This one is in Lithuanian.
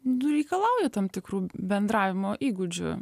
nu reikalauja tam tikrų bendravimo įgūdžių